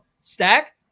stack